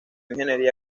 ingeniería